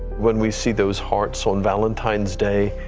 when we see those hearts on valentine's day,